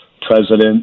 president